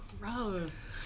gross